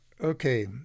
Okay